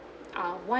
uh one